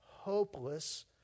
hopeless